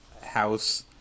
house